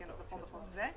כנוסחו בחוק זה,